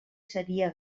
seria